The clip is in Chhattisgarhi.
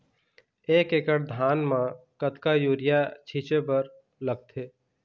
एक एकड़ धान म कतका यूरिया छींचे बर लगथे?